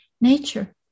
nature